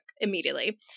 immediately